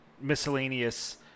miscellaneous